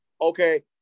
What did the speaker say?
Okay